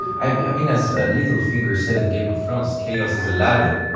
i mean, as littlefinger said in game of thrones, chaos is a ladder, right?